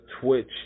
Twitch